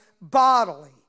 bodily